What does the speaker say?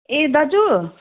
ए दाजु